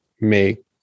Make